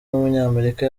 w’umunyamerika